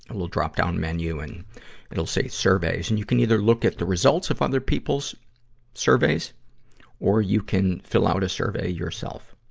ah little drop-down menu and it'll say surveys. and you can either look at the results of other people's surveys or you can fill out a survey yourself.